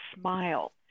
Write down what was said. smile